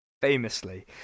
Famously